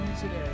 today